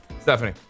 Stephanie